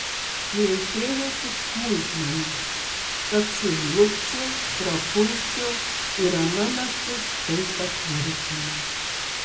reikėjo tik smulkmenos kad sužlugčiau prapulčiau ir ana naktis tai patvirtino